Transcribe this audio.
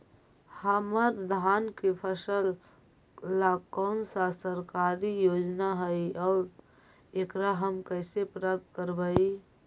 हमर धान के फ़सल ला कौन सा सरकारी योजना हई और एकरा हम कैसे प्राप्त करबई?